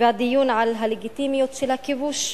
והדיון על הלגיטימיות של הכיבוש,